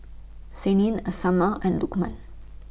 Senin Amsyar and Lukman